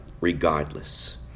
regardless